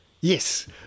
Yes